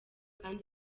kandi